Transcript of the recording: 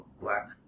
black